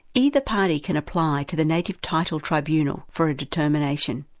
either party can apply to the native title tribunal for a determination.